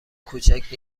کوچک